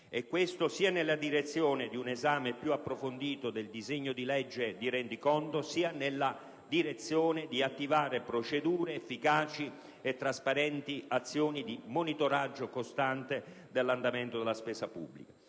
e questo sia nella direzione di un esame più approfondito del disegno di legge di rendiconto sia nella direzione di attivare procedure efficaci e trasparenti azioni di monitoraggio costante dell'andamento della spesa pubblica.